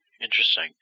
Interesting